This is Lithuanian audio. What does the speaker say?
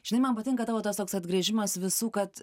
žinai man patinka tavo tas atgręžimas visų kad